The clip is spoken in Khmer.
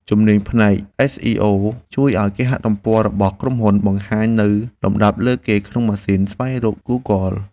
ជំនាញផ្នែកអេសអ៊ីអូជួយឱ្យគេហទំព័ររបស់ក្រុមហ៊ុនបង្ហាញនៅលំដាប់លើគេក្នុងម៉ាស៊ីនស្វែងរកហ្គូហ្គល។